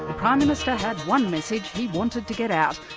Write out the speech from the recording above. prime minister had one message he wanted to get out.